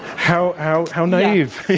how how how naive.